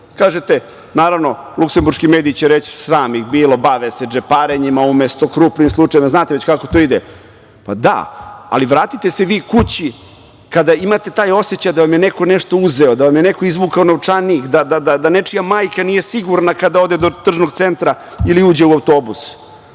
Naravno, luksemburški mediji će reći – sram ih bilo, bave se džeparenjima, umesto krupnim slučajevima, znate već kako to ide. Pa, da, ali vratite se vi kući kada imate taj osećaj da vam je neko nešto uzeo, da vam je neko izvukao novčanik, da nečija majka nije sigurna kada ode do tržnog centra ili uđe u autobus. Nema